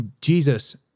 Jesus